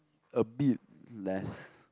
a bit less